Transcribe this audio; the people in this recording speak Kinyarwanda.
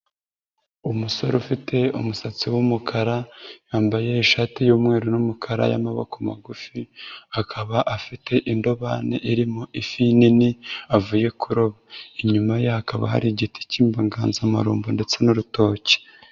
Umusore ufite umusatsi w'umukara, yambaye ishati y'umweru n'umukara y'amaboko magufi, akaba afite indobane irimo ifi nini avuye kuroba. Inyuma ye hakaba hari igiti k'inganzamarumbo ndetse n'urutoki.